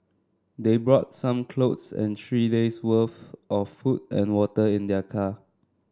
they brought some clothes and three days worth of food and water in their car